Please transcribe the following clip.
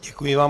Děkuji vám.